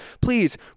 Please